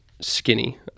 skinny